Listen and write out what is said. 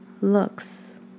looks